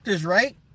right